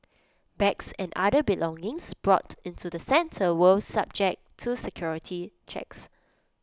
bags and other belongings brought into the centre will subject to security checks